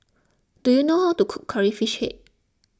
do you know how to cook Curry Fish Head